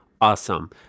awesome